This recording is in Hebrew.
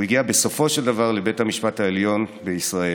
והוא הגיע בסופו של דבר לבית המשפט העליון בישראל.